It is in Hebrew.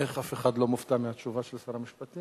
איך אף אחד לא מופתע מהתשובה של שר המשפטים?